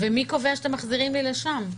מי קובע שאתם מחזירים לי לשם?